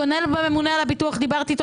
כולל הממונה על הביטוח שדיברתי איתו.